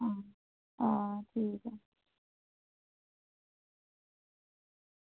आं ठीक ऐ